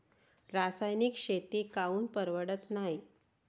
रासायनिक शेती काऊन परवडत नाई?